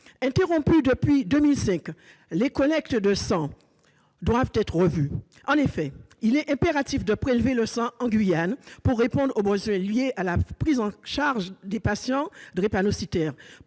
Interrompues depuis 2005, les collectes de sang doivent reprendre de manière urgente. En effet, il est impératif de prélever le sang en Guyane pour répondre aux besoins de prise en charge des patients drépanocytaires,